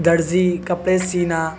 درزی کپڑے سینا